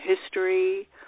history